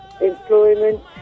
employment